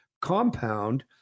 compound